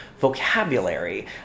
vocabulary